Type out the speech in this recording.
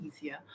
easier